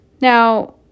Now